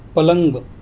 पलंग